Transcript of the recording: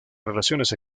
relaciones